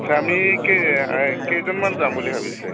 আচ্ছা আমি কেই কেইজনমান যাম বুলি ভাবিছে